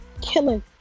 killing